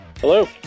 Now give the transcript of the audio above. Hello